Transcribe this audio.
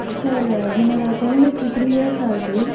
sir என்னோட குழந்தைக்கு three years ஆகுது